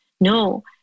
No